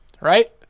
right